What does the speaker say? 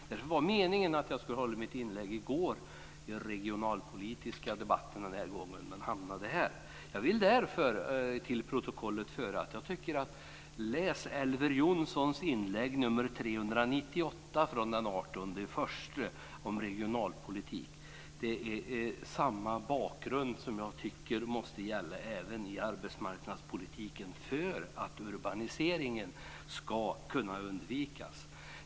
Det var meningen att jag skulle hålla mitt inlägg i går i den regionalpolitiska debatten, men jag hamnade här. Jag vill därför till protokollet föra: Läs Elver Jonssons inlägg nr 398 från den 18 januari om regionalpolitik! Det är samma bakgrund som jag tycker måste gälla även i arbetsmarknadspolitiken för att urbaniseringen ska kunna undvikas.